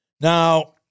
Now